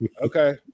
okay